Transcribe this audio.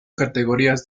categorías